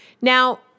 Now